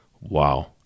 wow